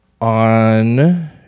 on